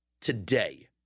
today